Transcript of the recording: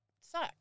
suck